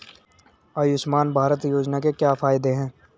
आयुष्मान भारत योजना के क्या फायदे हैं?